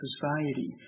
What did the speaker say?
society